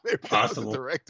Possible